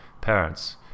parents